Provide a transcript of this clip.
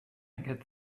get